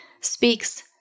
speaks